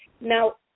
Now